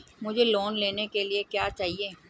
मुझे लोन लेने के लिए क्या चाहिए?